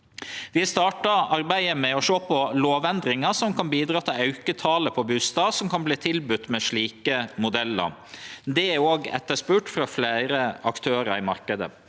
Vi starta arbeidet med å sjå på lovendringar som kan bidra til å auke talet på bustader som kan verte tilbodne med slike modellar. Det er òg etterspurt frå fleire aktørar i marknaden.